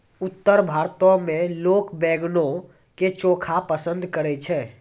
उत्तर भारतो मे लोक बैंगनो के चोखा पसंद करै छै